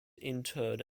interred